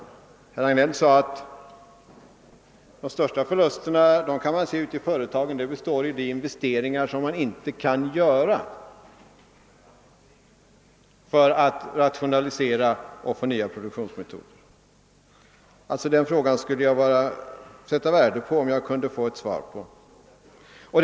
Herr Hagnell sade att de största förlusterna består i de investeringar som man inte kan göra för att rationalisera och förnya produktionsmetoderna. — Jag skulle alltså sätta värde på om jag kunde få ett svar på den frågan.